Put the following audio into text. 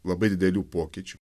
labai didelių pokyčių